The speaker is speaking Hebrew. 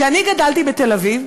כשאני גדלתי בתל-אביב,